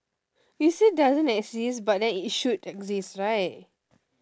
you said doesn't exist but then it should exist right